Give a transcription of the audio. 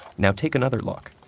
now take another look.